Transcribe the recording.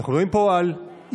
אנחנו מדברים פה על איראן,